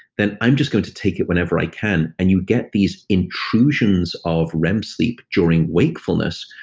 then i'm just going to take it whenever i can. and you get these intrusions of rem sleep during wakefulness.